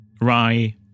rye